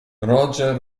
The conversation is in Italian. roger